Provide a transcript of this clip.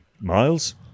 Miles